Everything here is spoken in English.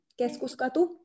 Keskuskatu